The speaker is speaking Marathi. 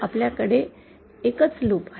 आपल्याकडे एकच लूप आहे